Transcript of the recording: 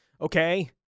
okay